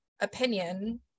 opinion